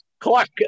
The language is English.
Clark